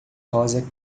rosa